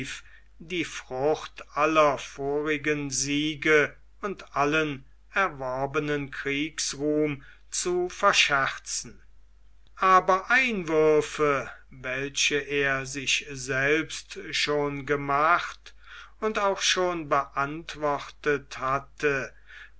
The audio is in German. die frucht aller vorigen siege und allen erworbenen kriegsruhm zu verscherzen aber einwürfe welche er sich selbst schon gemacht und auch schon beantwortet hatte